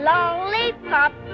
Lollipop